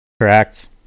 Correct